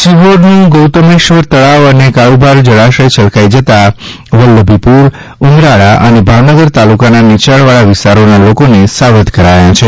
સિહોરનું ગૌતમેશ્વર તળાવ અને કાળુભાર ૈાળાશય છલકાઈ ૈાતાં વલ્લભીપુર ઉમરાળા અને ભાવનગર તાલુકાના નીચાણવાળા વિસ્તારોના લોકોને સાવધ કરાયા છે